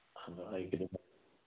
ꯑꯗꯨ ꯑꯩꯒꯤꯗꯨꯒ